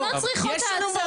הן לא צריכות העצמה.